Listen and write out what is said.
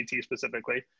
specifically